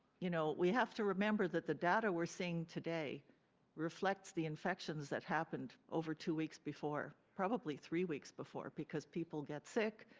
you know we have to remember that the data we're seeing today reflects the infections that happened over two weeks before, probably three weeks before, because people get sick,